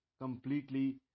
completely